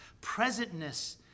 presentness